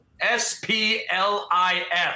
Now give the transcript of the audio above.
S-P-L-I-F